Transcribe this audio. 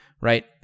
right